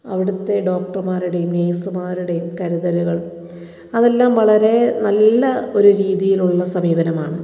അവിടുത്തെ ഡോക്ടർമാരുടെയും നേഴ്സുമാരുടെയും കരുതലുകൾ അതെല്ലാം വളരെ നല്ല ഒരു രീതിയിലുള്ള സമീപനമാണ്